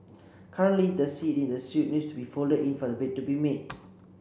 currently the seat in the suite needs to be folded in for the bed to be made